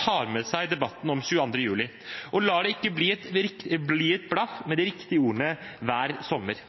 tar med seg debatten om 22. juli og ikke lar det bli et blaff med de riktige ordene hver sommer.